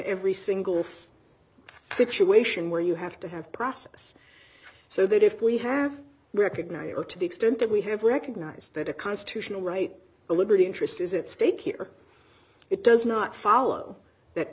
every single situation where you have to have process so that if we have recognized to the extent that we have recognized that a constitutional right to liberty interest is at stake here it does not follow that